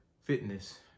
fitness